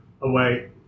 away